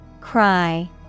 Cry